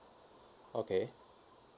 okay